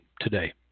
today